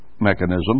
mechanism